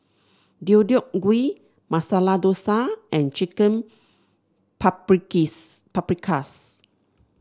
Deodeok Gui Masala Dosa and Chicken Paprikis Paprikas